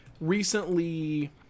recently